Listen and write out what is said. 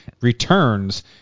returns